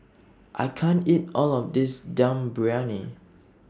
I can't eat All of This Dum Briyani